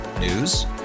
News